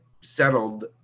settled